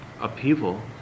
upheaval